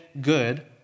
good